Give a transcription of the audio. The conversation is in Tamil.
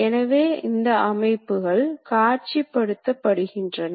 எனவே பல வகையான தொழில்துறை கணினிகள் பயன்படுத்தப்படுகின்றன